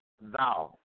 thou